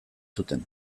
zuten